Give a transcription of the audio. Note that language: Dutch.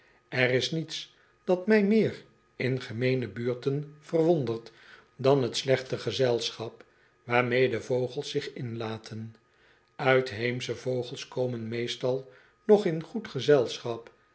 er is niets dat mij meer in gemeene buurten verwondert dan t slechte gezelschap waarmede vogels zich inlaten uitheemsche vogels komen meestal nog in goed gezelschap